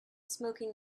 smoking